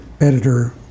editor